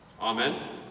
Amen